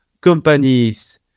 companies